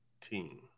team